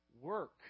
work